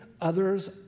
others